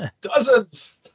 Dozens